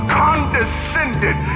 condescended